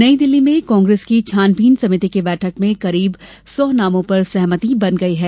नई दिल्ली में कांग्रेस की छानबीन समिति की बैठक में करीब सौ नामों पर सहमति बन गई है